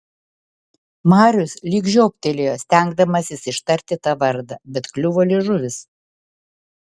marius lyg žioptelėjo stengdamasis ištarti tą vardą bet kliuvo liežuvis